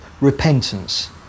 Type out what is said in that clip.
repentance